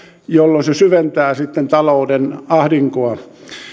jolloin se syventää sitten talouden ahdinkoa